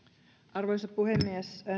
arvoisa puhemies